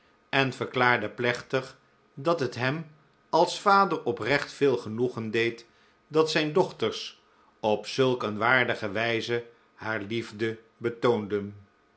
en verklaarde plechtig dat het hem als vader oprecht veel genoegen deed dat zijn dochters op zulk een waardige wijze haar liefde betoonden